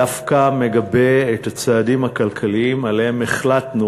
דווקא מגבה את הצעדים הכלכליים שהחלטנו